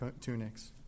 tunics